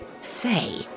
Say